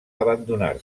abandonar